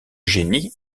génie